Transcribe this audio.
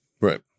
Right